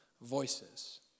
voices